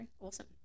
awesome